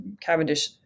Cavendish